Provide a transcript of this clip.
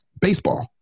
baseball